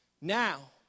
Now